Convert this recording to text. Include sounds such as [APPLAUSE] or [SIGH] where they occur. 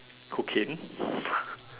cocaine [BREATH]